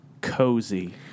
cozy